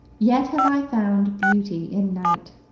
yet have i found beauty in night.